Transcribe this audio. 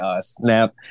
snap